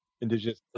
indigenous